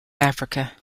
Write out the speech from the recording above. africa